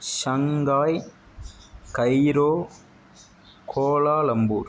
Shanghai Cairo Kuala Lumpur